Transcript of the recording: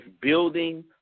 building